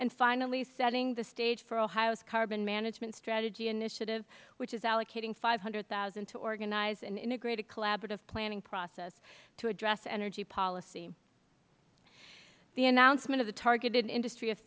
and finally setting the stage for ohio's carbon management strategy initiative which is allocating five hundred thousand dollars to organize an integrated collaborative planning process to address energy policy the announcement of the targeted industr